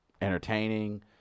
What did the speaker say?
entertaining